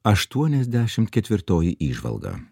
aštuoniasdešimt ketvirtoji įžvalga